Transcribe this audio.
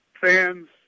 fans